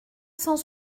cent